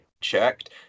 checked